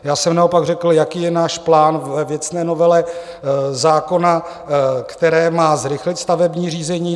Já jsem naopak řekl, jaký je náš plán ve věcné novele zákona, který má zrychlit stavební řízení.